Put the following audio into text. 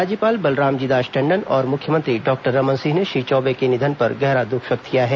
राज्यपाल बलरामजी दास टंडन और मुख्यमंत्री डॉक्टर रमन सिंह ने श्री चौबे के निधन पर गहरा दुख व्यक्त किया है